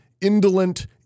indolent